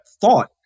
thought